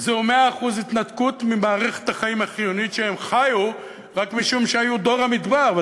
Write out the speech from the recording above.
זה 100% התנתקות ממערכת החיים החיונית שהם חיו רק משום שהיו דור המדבר.